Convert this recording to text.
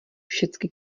všecky